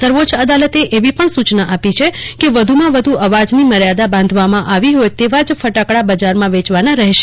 સર્વોચ્ય અદાલતે એવી પણ સૂચના આપી છે કે વધુમાં વધુ અવાજની મર્યાદા બાંધવામાં આવી હોય તેવાં જ ફટાકડા બજારમાં વેચવાના રહેશે